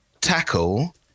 tackle